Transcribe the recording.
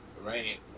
right